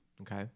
Okay